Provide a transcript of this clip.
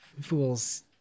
fools